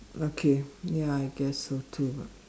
okay ya I guess so too